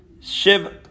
Shiv